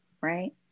right